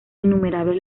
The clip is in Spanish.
innumerables